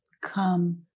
Come